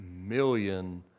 million